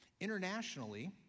Internationally